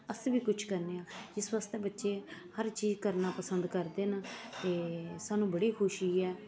अस बी कुश करने आं इस वास्तै बच्चे हर चीज करना पसंद करदे न ते साह्नू बड़ी खुशी ऐ